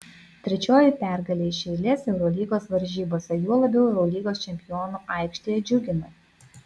trečioji pergalė iš eilės eurolygos varžybose juo labiau eurolygos čempionų aikštėje džiugina